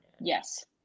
Yes